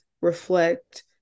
reflect